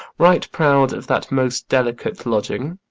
right proud of that most delicate lodging.